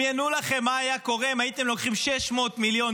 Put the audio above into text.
מה היה קורה אם הייתם לוקחים 600 מיליון